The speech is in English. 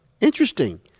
Interesting